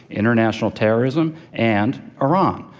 international terrorism, and iran.